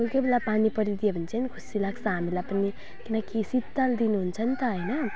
कोही कोही बेला पानी परिदियो भने चाहिँ खुसी लाग्छ हामीलाई पनि किनकि शीतल दिन हुन्छ नि त होइन